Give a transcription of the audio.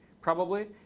probably.